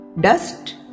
dust